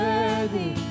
Worthy